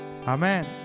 Amen